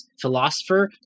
philosopher